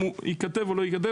אם הוא ייכתב או לא ייכתב.